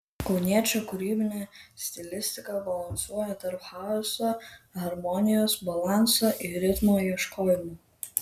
kauniečio kūrybinė stilistika balansuoja tarp chaoso harmonijos balanso ir ritmo ieškojimų